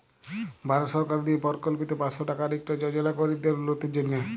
ভারত সরকারের দিয়ে পরকল্পিত পাঁচশ টাকার ইকট যজলা গরিবদের উল্লতির জ্যনহে